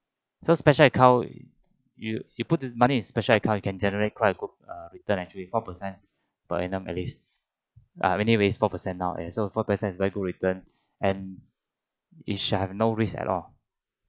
so special account you you put this money in special account you can generate quite a good return actually four percent per annum at least anyway four percent now so four percent is very good return and it shall have no risk at all